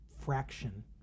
fraction